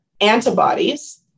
antibodies